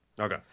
Okay